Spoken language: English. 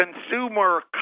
Consumer